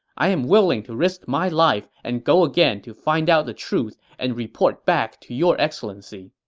i am willing to risk my life and go again to find out the truth and report back to your excellency.